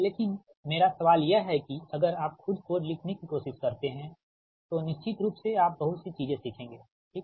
लेकिन मेरा सवाल यह है कि अगर आप खुद कोड लिखने की कोशिश करते हैं तो निश्चित रूप से आप बहुत सी चीजें सीखेंगे ठीक